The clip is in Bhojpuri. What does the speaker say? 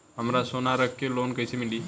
हमरा सोना रख के लोन कईसे मिली?